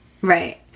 Right